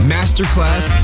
Masterclass